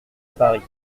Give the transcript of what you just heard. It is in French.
paris